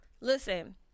listen